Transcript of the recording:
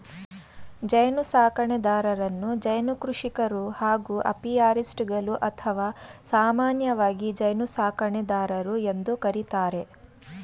ಜೇನುಸಾಕಣೆದಾರರನ್ನು ಜೇನು ಕೃಷಿಕರು ಹಾಗೂ ಅಪಿಯಾರಿಸ್ಟ್ಗಳು ಅಥವಾ ಸಾಮಾನ್ಯವಾಗಿ ಜೇನುಸಾಕಣೆದಾರರು ಎಂದು ಕರಿತಾರೆ